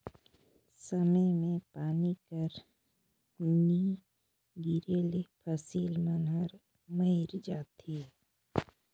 समे मे पानी कर नी गिरे ले फसिल मन हर मइर जाथे